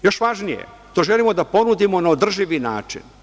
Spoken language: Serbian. Još važnije, to želimo da ponudimo na održivi način.